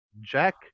Jack